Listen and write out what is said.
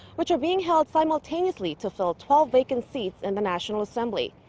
which are being held simultaneously to fill twelve vacant seats in the national assembly.